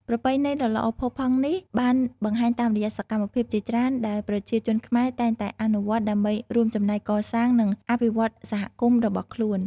ប្រពៃណីដ៏ល្អផូរផង់នេះបានបង្ហាញតាមរយៈសកម្មភាពជាច្រើនដែលប្រជាជនខ្មែរតែងតែអនុវត្តន៍ដើម្បីរួមចំណែកកសាង និងអភិវឌ្ឍន៍សហគមន៍របស់ខ្លួន។